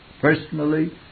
Personally